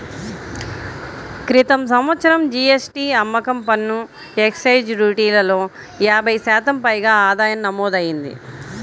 క్రితం సంవత్సరం జీ.ఎస్.టీ, అమ్మకం పన్ను, ఎక్సైజ్ డ్యూటీలలో యాభై శాతం పైగా ఆదాయం నమోదయ్యింది